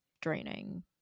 draining